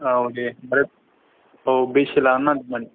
औ दे होनबा औ बेसे लानो नागेरदोंमोन